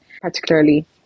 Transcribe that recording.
particularly